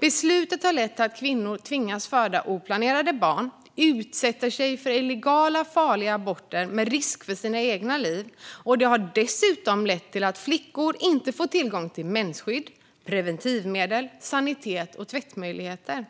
Beslutet har lett till att kvinnor tvingas föda oplanerade barn och utsätter sig för illegala och farliga aborter med risk för sina egna liv. Det har dessutom lett till att flickor inte får tillgång till mensskydd, preventivmedel, sanitet och tvättmöjligheter.